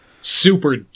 super